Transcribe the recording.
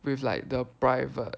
with like the private